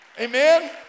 Amen